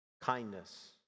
kindness